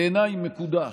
בעיניי, מקודש,